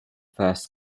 first